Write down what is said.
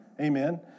Amen